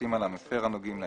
פרטים על המפר, הנוגים לעניין.